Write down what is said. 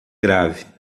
grave